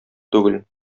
түгел